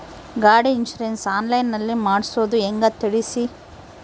ಗಾಡಿ insurance online ನಲ್ಲಿ ಮಾಡ್ಸೋದು ಹೆಂಗ ತಿಳಿಸಿ?